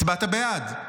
הצבעת בעד.